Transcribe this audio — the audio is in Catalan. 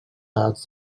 edats